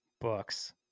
books